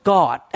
God